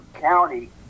County